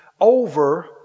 over